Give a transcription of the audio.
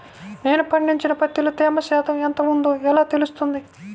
నేను పండించిన పత్తిలో తేమ శాతం ఎంత ఉందో ఎలా తెలుస్తుంది?